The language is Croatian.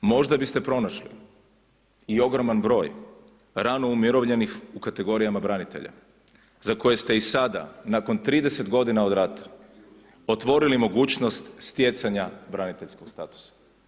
Možda bi ste pronašli i ogroman broj rano umirovljenih u kategorijama branitelja za koje ste i sada nakon 30 godina od rata otvorili mogućnost stjecanja braniteljskog statusa.